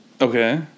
Okay